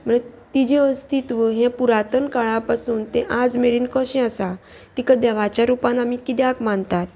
म्हण तिजे अस्तित्व हें पुरातन काळा पासून तें आज मेरेन कशें आसा तिका देवाच्या रुपान आमी कित्याक मानतात